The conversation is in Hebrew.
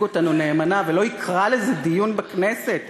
אותנו נאמנה ולא יקרא לזה "דיון בכנסת".